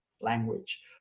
language